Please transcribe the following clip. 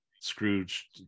Scrooge